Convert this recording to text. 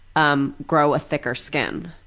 um grow a thicker skin.